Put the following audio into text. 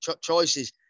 choices